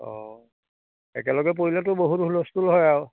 অঁ একেলগে পৰিলেতো বহুত হুলস্থুল হয় আৰু